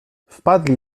wpadli